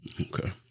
Okay